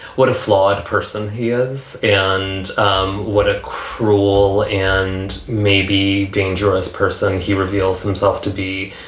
what a flawed person he is and um what a cruel and maybe dangerous person he reveals himself to be.